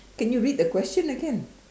can you read the question again